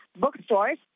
bookstores